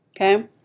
Okay